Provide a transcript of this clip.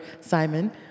Simon